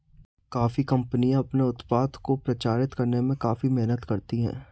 coffee कंपनियां अपने उत्पाद को प्रचारित करने में काफी मेहनत करती हैं